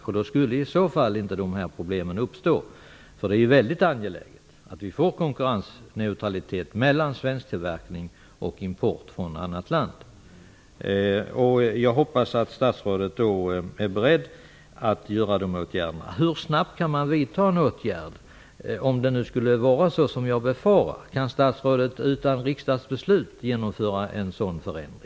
I så fall skulle inte de här problemen uppstå. Det är ju väldigt angeläget att vi får konkurrensneutralitet mellan svensk tillverkning och import från annat land. Jag hoppas att statsrådet är beredd att vidta dessa åtgärder. Hur snabbt kan man vidta en åtgärd? Om det nu skulle vara så som jag befarar, kan statsrådet då utan riksdagsbeslut genomföra en sådan förändring?